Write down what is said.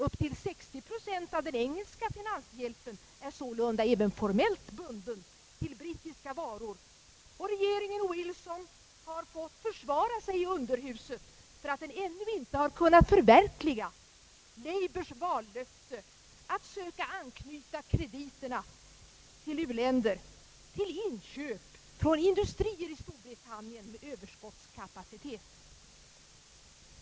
Upp till 60 procent av den engelska finanshjälpen är sålunda även formellt bunden till brittiska varor, och regeringen Wilson har fått försvara sig i underhuset för att den ännu inte kunnat förverkliga labours vallöfte att söka anknyta krediterna till u-länder till inköp från industrier i Storbritannien med Ööverskottskapacitet.